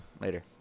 later